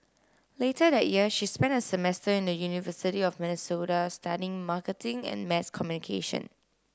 later that year she spent a semester in the university of Minnesota studying marketing and mass communication